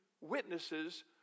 witnesses